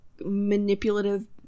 manipulative